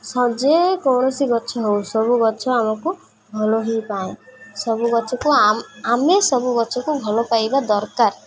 ଯେକୌଣସି ଗଛ ହଉ ସବୁ ଗଛ ଆମକୁ ଭଲ ହିଁ ପାଏଁ ସବୁ ଗଛକୁ ଆମେ ସବୁ ଗଛକୁ ଭଲ ପାଇବା ଦରକାର